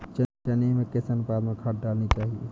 चने में किस अनुपात में खाद डालनी चाहिए?